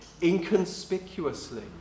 inconspicuously